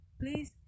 please